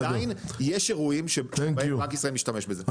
עדיין יש אירועים שבהם בנק ישראל משתמש בזה.